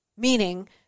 Meaning